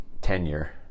tenure